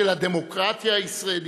של הדמוקרטיה הישראלית?